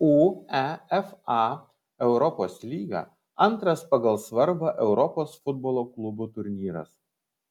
uefa europos lyga antras pagal svarbą europos futbolo klubų turnyras